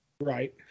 Right